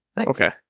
Okay